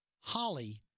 Holly